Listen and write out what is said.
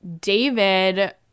David